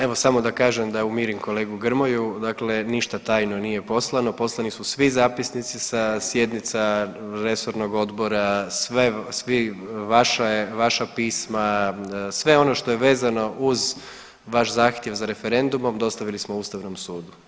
Evo samo da kažem da umirim kolegu Grmoju, dakle ništa tajno nije poslano, poslani su svi zapisnici sa sjednica resornog odbora, vaša pisma, sve on što je vezano uz vaš zahtjev za referendumom dostavili smo Ustavnom sudu.